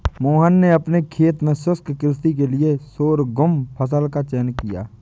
मोहन ने अपने खेत में शुष्क कृषि के लिए शोरगुम फसल का चयन किया है